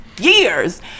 years